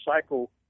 cycle